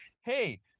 Hey